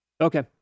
Okay